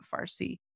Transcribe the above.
Farsi